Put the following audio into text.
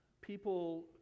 people